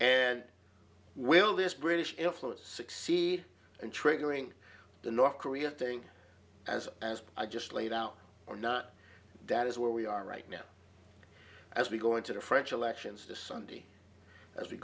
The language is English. and will this british influence succeed in triggering the north korea thing as as i just laid out or not that is where we are right now as we go into the french elections to sunday as we